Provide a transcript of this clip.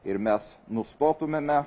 ir mes nustotumėme